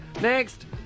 Next